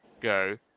go